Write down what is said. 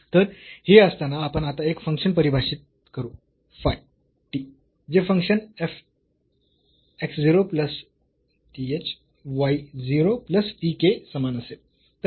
तर हे असताना आपण आता एक फंक्शन परिभाषित करू फाय t जे function f x 0 plus th y 0 plus tk समान असेल